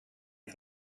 for